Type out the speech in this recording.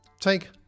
Take